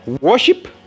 worship